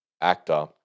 actor